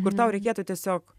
kur tau reikėtų tiesiog